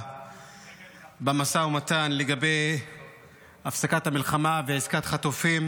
במשא ומתן לגבי הפסקת המלחמה ועסקת חטופים,